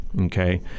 okay